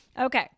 Okay